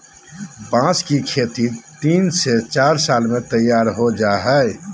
बांस की खेती तीन से चार साल में तैयार हो जाय हइ